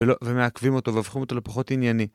ולא, ומעכבים אותו והופכים אותו לפחות ענייני